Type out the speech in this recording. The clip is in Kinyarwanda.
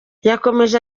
yakomeje